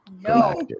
No